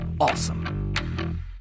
awesome